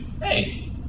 hey